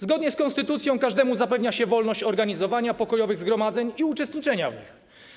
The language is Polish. Zgodnie z konstytucją każdemu zapewnia się wolność organizowania pokojowych zgromadzeń i uczestniczenia w nich.